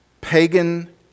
pagan